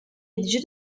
edici